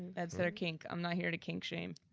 that's their kink. i'm not here to kink-shame.